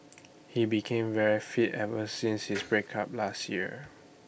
he became very fit ever since his break up last year